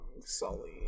Sully